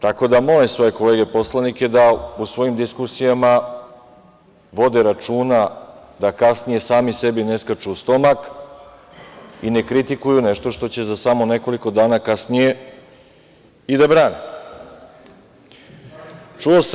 Tako da, molim svoje kolege poslanike da u svojim diskusijama vode računa da kasnije sami sebi ne skaču u stomak i ne kritikuju nešto što će za samo nekoliko dana kasnije i da brane.